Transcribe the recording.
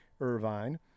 Irvine